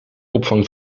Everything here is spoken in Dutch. opvang